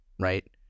right